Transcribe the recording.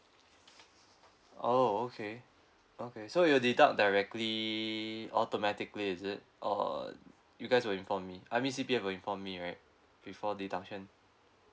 oh okay okay so it'll deduct directly automatically is it or you guys will inform me I mean C_P_F will inform me right before deduction